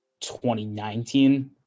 2019